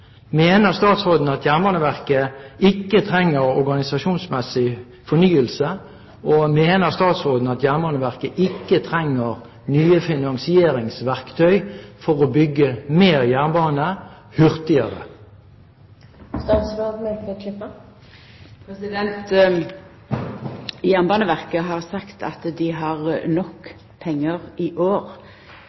Mener statsråden at Jernbaneverket ikke trenger organisasjonsmessig fornyelse? Og mener statsråden at Jernbaneverket ikke trenger nye finansieringsverktøy for å bygge mer jernbane hurtigere? Jernbaneverket har sagt at dei i år har nok pengar til det opprustingsarbeidet som går føre seg i